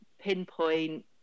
pinpoint